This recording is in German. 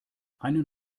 einen